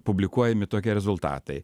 publikuojami tokie rezultatai